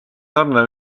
sarnane